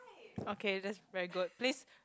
okay that's very good please